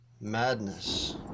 madness